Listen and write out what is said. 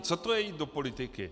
Co to je, jít do politiky?